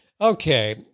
okay